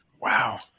Wow